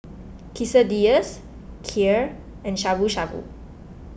Quesadillas Kheer and Shabu Shabu